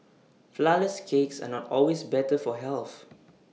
Flourless Cakes are not always better for health